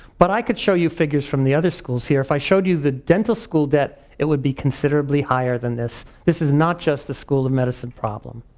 but i could show you figures from the other schools here. if i showed you the dental school debt, it would be considerably than this. this is not just the school of medicine problem.